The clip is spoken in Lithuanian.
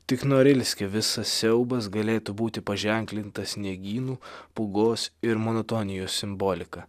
tik norilske visas siaubas galėtų būti paženklintas sniegynų pūgos ir monotonijos simbolika